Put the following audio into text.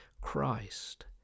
Christ